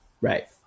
right